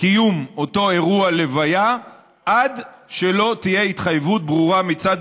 קיום אותו אירוע לוויה עד שלא תהיה התחייבות ברורה מצד